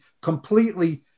completely